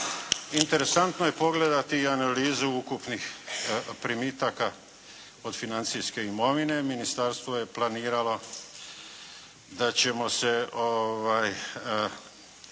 Interesantno je pogledati i analizu ukupnih primitaka od financijske imovine. Ministarstvo je planiralo da ćemo se te, te